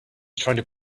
trying